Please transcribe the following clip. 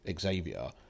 Xavier